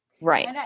right